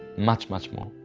much, much more.